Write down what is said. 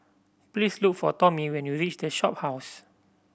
please look for Tomie when you reach The Shophouse